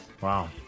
Wow